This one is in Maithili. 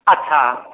अच्छा